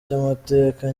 cy’amateka